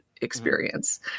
experience